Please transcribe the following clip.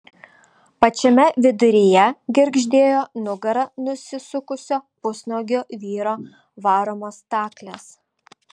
pačiame viduryje girgždėjo nugara nusisukusio pusnuogio vyro varomos staklės